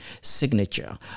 signature